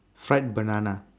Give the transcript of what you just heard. fried banana